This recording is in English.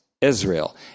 Israel